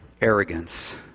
arrogance